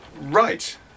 Right